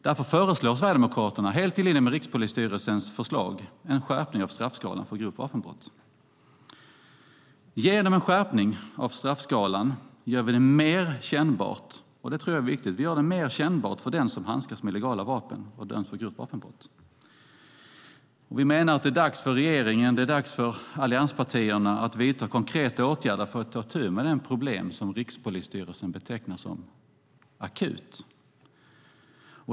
Därför föreslår Sverigedemokraterna - helt i linje med Rikspolisstyrelsens förslag - en skärpning av straffskalan för grovt vapenbrott. Genom att införa en skärpning av straffskalan gör vi det mer kännbart för den som handskas med illegala vapen och döms för grovt vapenbrott. Vi menar att det är dags för regeringen och allianspartierna att vidta konkreta åtgärder för att ta itu med de problem som Rikspolisstyrelsen betecknar som akuta.